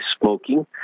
smoking